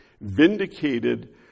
vindicated